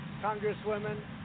congresswomen